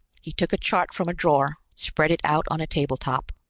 he took a chart from a drawer, spread it out on a table top.